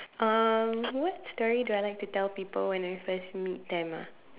um what story do I like to tell people when I first meet them ah